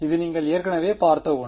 இது நீங்கள் ஏற்கனவே பார்த்த ஒன்று